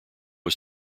was